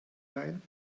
leihen